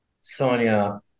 Sonia